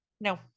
No